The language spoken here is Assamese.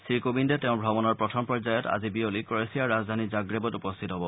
শ্ৰীকোবিন্দে তেওঁৰ ভ্ৰমণৰ প্ৰথম পৰ্যায়ত আজি বিয়লি ক্ৰৱেছিয়াৰ ৰাজধানী জাগ্ৰেবত উপস্থিত হ'ব